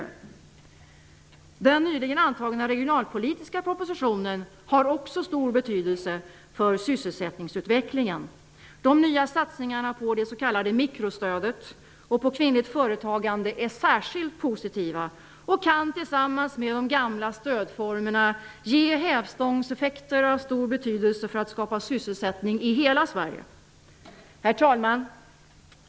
Också den nyligen antagna regionalpolitiska propositionen har stor betydelse för sysselsättningsutvecklingen. De nya satsningarna på det s.k. mikrostödet och på kvinnligt företagande är särskilt positiva och kan tillsammans med de gamla stödformerna ge hävstångseffekter av stor betydelse för att skapa sysselsättning i hela Herr talman!